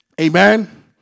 Amen